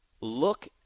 look